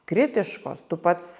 kritiškos tu pats